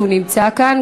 הוא נמצא כאן,